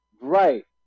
Right